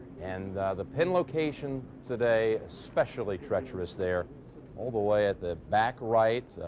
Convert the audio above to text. and the pin location today, especially treacherous there all the way at the back right.